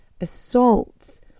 assaults